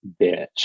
bitch